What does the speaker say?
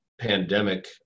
pandemic